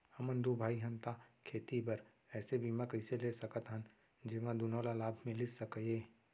हमन दू भाई हन ता खेती बर ऐसे बीमा कइसे ले सकत हन जेमा दूनो ला लाभ मिलिस सकए?